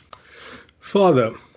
Father